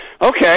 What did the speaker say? okay